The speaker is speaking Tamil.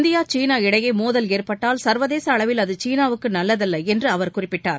இந்தியா சீனா இடையே மோதல் ஏற்பட்டால் சர்வதேச அளவில் அது சீனாவுக்கு நல்லதல்ல என்று அவர் குறிப்பிட்டார்